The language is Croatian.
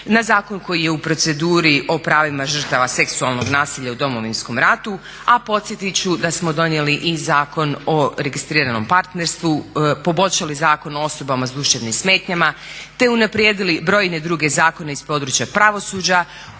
na zakon koji je u proceduri o pravima žrtava seksualnog nasilja u Domovinskom ratu, a podsjetit ću da smo donijeli i Zakon o registriranom partnerstvu, poboljšali Zakon o osobama sa duševnim smetnjama, te unaprijedili brojne druge zakone iz područja pravosuđa